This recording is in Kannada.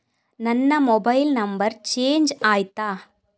ನನ್ನ ಮೊಬೈಲ್ ನಂಬರ್ ಚೇಂಜ್ ಆಯ್ತಾ?